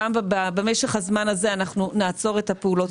גם במשך הזמן הזה אנחנו נעצור את פעולות האכיפה.